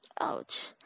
Ouch